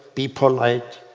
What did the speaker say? be polite,